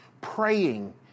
praying